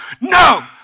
No